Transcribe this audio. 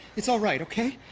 it's all right, okay?